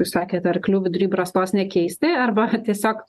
jūs sakėt arklių vidury brastos nekeisti arba tiesiog